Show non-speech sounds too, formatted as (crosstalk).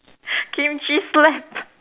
(breath) kimchi slap